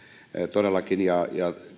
todellakin ja